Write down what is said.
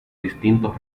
distintos